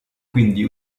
quindi